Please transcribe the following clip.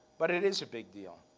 but it is a big deal,